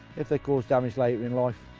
if they cause damage later in life,